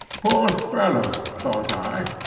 poor fellow! thought i,